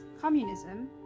communism